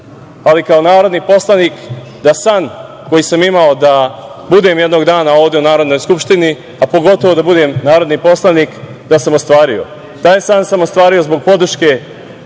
ali i kao narodni poslanik, da san koji sam imao da budem jednog dana ovde u Narodnoj skupštini, a pogotovo da budem narodni poslanik, da sam ostvario. Taj san sam ostvario zbog podrške